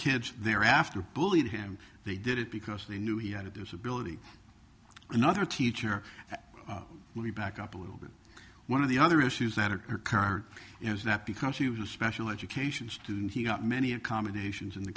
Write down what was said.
kids they're after bullied him they did it because they knew he had a disability another teacher would be back up a little bit one of the other issues that occur is that because he was a special education student he got many accommodations in the